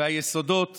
והיסודות